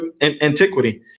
antiquity